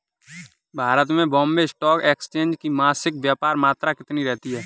भारत में Bombay stock exchange की मासिक व्यापार मात्रा कितनी रहती है?